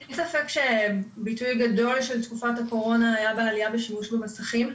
אין ספק שביטוי גדול של תקופת הקורונה היה בעלייה בשימוש במסכים.